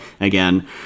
again